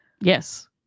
Yes